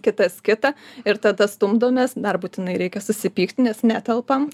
kitas kitą ir tada stumdomės dar būtinai reikia susipykt nes netelpam